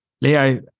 Leo